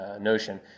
notion